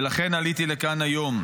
ולכן עליתי לכאן היום.